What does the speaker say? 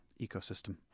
ecosystem